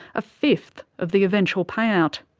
a fifth of the eventual payout.